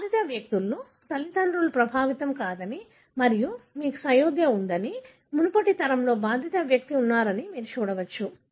బాధిత వ్యక్తులు తల్లిదండ్రులు ప్రభావితం కాదని మరియు మీకు సయోధ్య ఉందని మునుపటి తరంలో బాధిత వ్యక్తి ఉన్నారని మీరు చూడవచ్చు